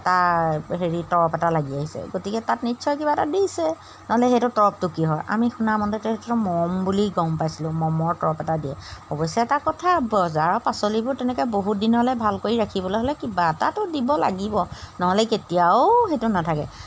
তাৰ হেৰি তৰপ এটা লাগি আহিছে গতিকে তাত নিশ্চয় কিবা এটা দিছে নহ'লে সেইটো তৰপটো কিহৰ আমি শুনামতে সেইটো মম বুলি গম পাইছিলোঁ মমৰ তৰপ এটা দিয়ে অৱশ্যে এটা কথা বজাৰৰ পাচলিবোৰ তেনেকৈ বহুত দিনলৈ ভাল কৰি ৰাখিবলৈ হ'লে কিবা এটাটো দিব লাগিব নহ'লে কেতিয়াও সেইটো নাথাকে